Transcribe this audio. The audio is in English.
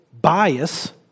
bias